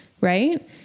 Right